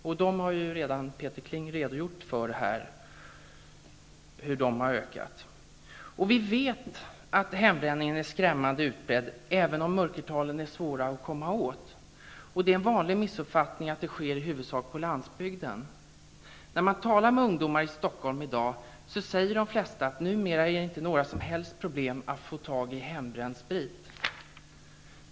Dessa mörkertals ökning har Peter Kling redan redogjort för. Vi vet att hembränningen är skrämmande utbredd, även om mörkertalen är svåra att utläsa. Det är en vanlig missuppfattning att hembränning huvudsakligen sker på landsbygden. De flesta ungdomar som man talar med i dag i Stockholm säger att det numera inte är några som helst problem med att få tag i hembränd sprit.